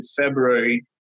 February